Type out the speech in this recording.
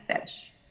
fish